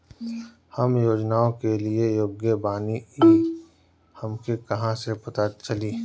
हम योजनाओ के लिए योग्य बानी ई हमके कहाँसे पता चली?